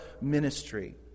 ministry